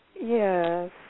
Yes